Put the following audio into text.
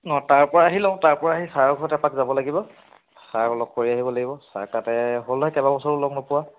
অঁ তাৰপৰা আহি লওঁ তাৰ পৰা আহি ছাৰৰ ঘৰত এপাক যাব লাগিব ছাৰক লগ কৰি আহিব লাগিব ছাৰৰ তাতে হ'ল নহয় কেইবাবছৰো লগ নোপোৱা